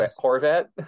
corvette